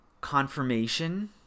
confirmation